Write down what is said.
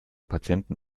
patienten